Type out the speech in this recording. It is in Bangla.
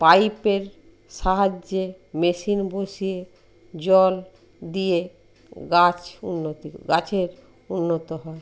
পাইপের সাহায্যে মেশিন বসিয়ে জল দিয়ে গাছ উন্নতি গাছের উন্নত হয়